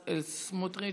בצלאל סמוטריץ'.